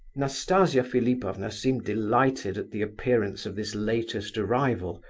nastasia philipovna seemed delighted at the appearance of this latest arrival,